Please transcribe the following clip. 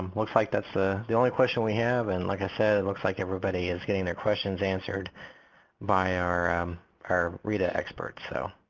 looks like that's ah the only question we have and like it and looks like everybody is getting their questions answered by our um our reta experts so.